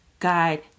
guide